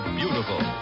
beautiful